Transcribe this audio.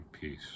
peace